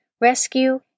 rescue